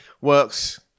works